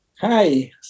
Hi